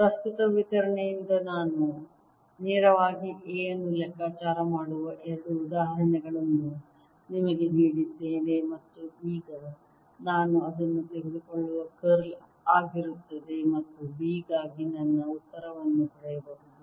ಪ್ರಸ್ತುತ ವಿತರಣೆಯಿಂದ ನಾವು ನೇರವಾಗಿ A ಅನ್ನು ಲೆಕ್ಕಾಚಾರ ಮಾಡುವ ಎರಡು ಉದಾಹರಣೆಗಳನ್ನು ನಿಮಗೆ ನೀಡಿದ್ದೇವೆ ಮತ್ತು ಈಗ ನಾನು ಅದನ್ನು ತೆಗೆದುಕೊಳ್ಳಬಹುದು ಕರ್ಲ್ ಆಗಿರುತ್ತದೆ ಮತ್ತು B ಗಾಗಿ ನನ್ನ ಉತ್ತರವನ್ನು ಪಡೆಯಬಹುದು